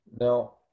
now